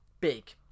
big